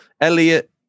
Elliot